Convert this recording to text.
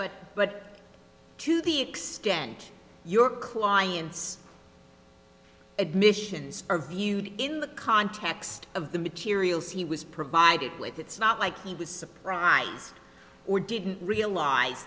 evidence but to the extent your clients admissions are viewed in the context of the materials he was provided with it's not like he was right or didn't realize